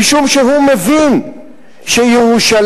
משום שהוא מבין שירושלים,